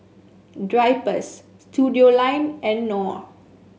Drypers Studioline and Knorr